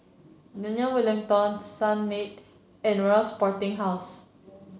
Daniel Wellington Sunmaid and Royal Sporting House